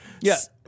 Yes